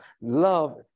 Love